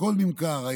הכול נמכר.